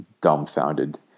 dumbfounded